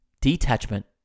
detachment